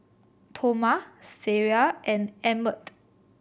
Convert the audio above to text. Toma Sariah and Emmet